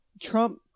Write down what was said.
Trump –